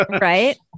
Right